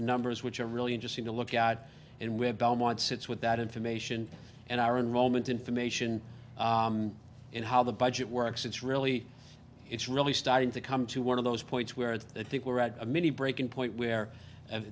numbers which are really interesting to look at and we have belmont sits with that information and our in rome and information in how the budget works it's really it's really starting to come to one of those points where i think we're at a mini breaking point where